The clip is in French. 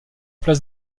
place